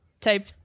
type